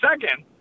second